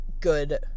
good